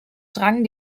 drangen